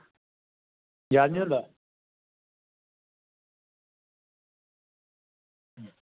याद निं होंदा